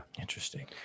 interesting